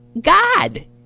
God